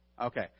Okay